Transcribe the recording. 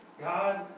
God